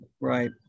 Right